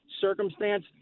circumstance